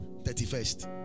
31st